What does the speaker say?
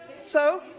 so,